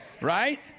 right